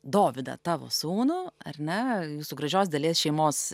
dovydą tavo sūnų ar ne jūsų gražios dalės šeimos